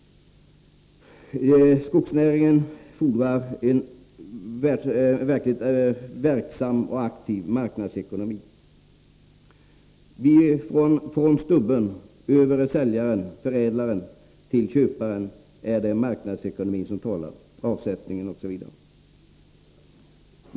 Skogsnäringen fordrar en verksam och aktiv marknadsekonomi. Från stubben, över säljaren och förädlaren fram till köparen är det marknadsekonomin som talar, som inverkar på avsättningen osv.